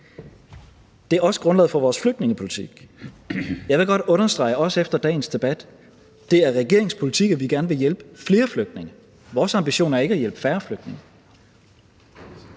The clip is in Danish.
Det er også grundlaget for vores flygtningepolitik. Jeg vil godt understrege, også efter dagens debat: Det er regeringens politik, at vi gerne vil hjælpe flere flygtninge – vores ambition er ikke at hjælpe færre flygtninge.